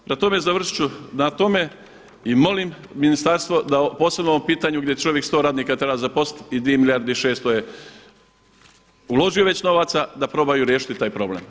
Prema tome, završit ću na tome i molim ministarstvo da posebno o ovom pitanju gdje čovjek 100 radnika treba zaposliti i 2 milijarde i 600 je uložio već novaca da probaju riješiti taj problem.